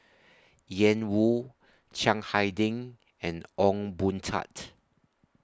Ian Woo Chiang Hai Ding and Ong Boon Tat